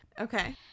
Okay